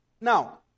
Now